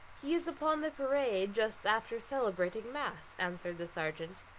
he is upon the parade just after celebrating mass, answered the sergeant,